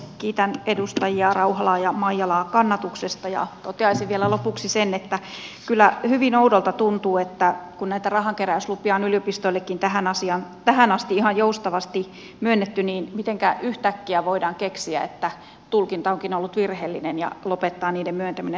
kiitän edustajia rauhala ja maijala kannatuksesta ja toteaisin vielä lopuksi sen että kyllä hyvin oudolta tuntuu että kun näitä rahankeräyslupia on yliopistoillekin tähän asti ihan joustavasti myönnetty niin miten yhtäkkiä voidaan keksiä että tulkinta onkin ollut virheellinen ja lopettaa niiden myöntäminen